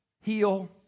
heal